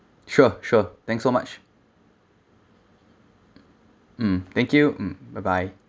sure sure thank so much mm thank you mm bye bye